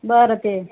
बरं तेल